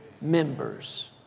members